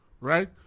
right